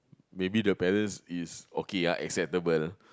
maybe the parents is okay ah acceptable